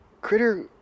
Critter